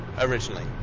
originally